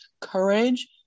courage